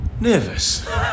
Nervous